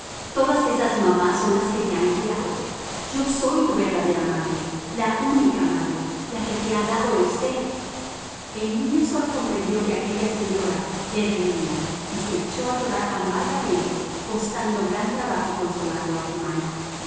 todas esas mamás son las que te han criado yo soy tu verdadera madre la única madre la que te ha dado el ser el niño sólo comprendió que aquella señora le reñía y se echó a llorar amargamente costando gran trabajo consolarlo a germana